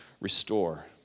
restore